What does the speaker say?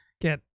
get